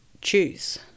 choose